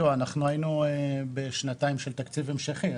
אנחנו היינו בשנתיים של תקציב המשכי.